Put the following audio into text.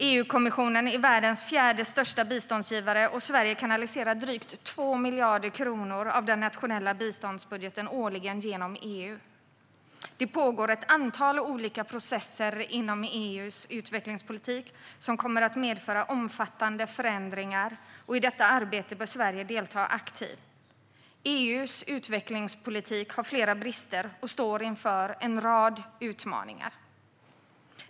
EU-kommissionen är världens fjärde största biståndsgivare, och Sverige kanaliserar årligen drygt 2 miljarder kronor av den nationella biståndsbudgeten genom EU. Det pågår ett antal olika processer inom EU:s utvecklingspolitik som kommer att medföra omfattande förändringar, och i detta arbete bör Sverige delta aktivt. EU:s utvecklingspolitik har flera brister och står inför en rad utmaningar.